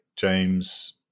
James